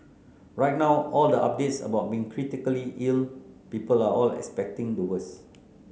right now all the updates about being critically ill people are all expecting the worse